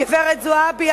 גברת זועבי,